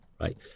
right